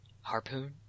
Harpoon